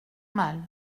mal